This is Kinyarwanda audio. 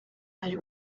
ari